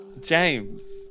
James